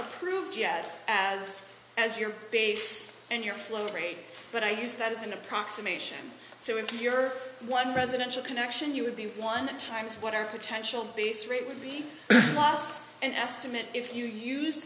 approved yet as as your base and your flow rate but i use that as an approximation so if you're one residential connection you would be one times what our potential base rate would be lots and estimate if you use